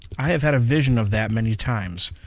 i have had a vision of that many times.